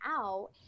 out